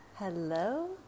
Hello